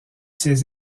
ses